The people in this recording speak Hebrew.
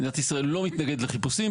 מדינת ישראל לא מתנגדת לחיפושים.